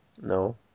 No